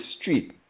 street